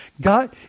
God